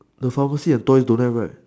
the pharmacy and toy don't have right